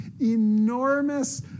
enormous